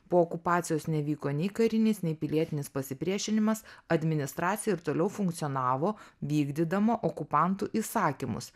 po okupacijos nevyko nei karinis nei pilietinis pasipriešinimas administracija ir toliau funkcionavo vykdydama okupantų įsakymus